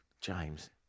James